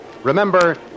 Remember